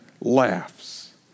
laughs